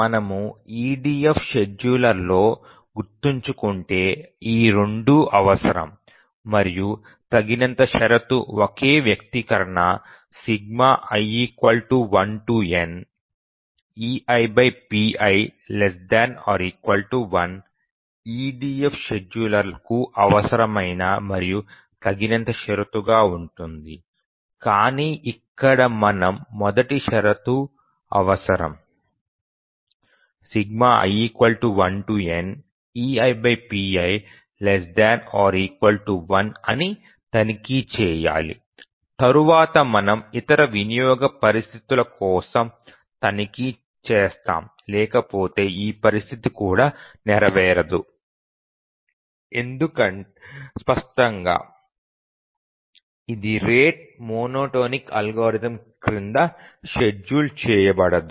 మనము EDF షెడ్యూలర్లలో గుర్తుంచుకుంటే ఈ రెండూ అవసరం మరియు తగినంత షరతు ఒకే వ్యక్తీకరణi 1neipi≤ 1 EDF షెడ్యూలర్లకు అవసరమైన మరియు తగినంత షరతుగా ఉంటుంది కానీ ఇక్కడ మనం మొదటి షరతు అవసరంi 1neipi≤ 1 అని తనిఖీ చేయాలి తరువాత మనము ఇతర వినియోగ పరిస్థితుల కోసం చూస్తాము లేకపోతే ఈ పరిస్థితి కూడా నెరవేరదు స్పష్టంగా ఇది రేటు మోనోటోనిక్ అల్గోరిథం క్రింద షెడ్యూల్ చేయబడదు